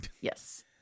Yes